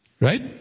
right